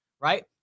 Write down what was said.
right